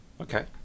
Okay